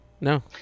No